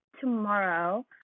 Tomorrow